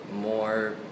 more